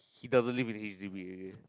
he doesn't live in h_d_b area